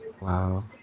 Wow